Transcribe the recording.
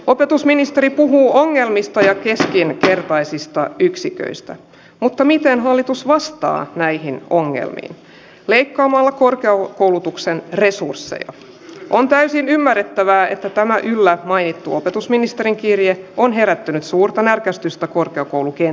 opetusministeri puhuu ongelmista ja keskinkertaisista yksiköistä mutta miten hallitus vastaa näihin ongelmiin leikkaamalla korkean koulutuksen resursseja on täysin ymmärrettävää että tämä yllä mainittu opetusministerin kirje on herättänyt suurta närkästystä korkeakoulujen